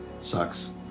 Sucks